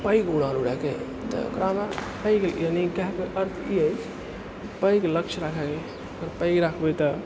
पैघ उड़ान उड़ैके तऽ ओकरामे पैघ यानी कहैके अर्थ ई अछि पैघ लक्ष्य राखैके पैघ राखबै तऽ